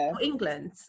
England